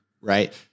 right